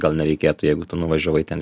gal nereikėtų jeigu tu nuvažiavai ten